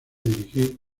dirigir